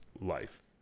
life